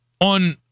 on